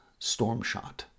Stormshot